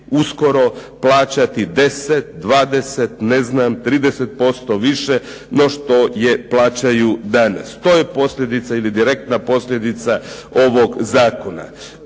uskoro plaćati 10, 20 ne znam, 30% više no što je plaćaju danas. To je posljedica ili direktna posljedica ovog zakona.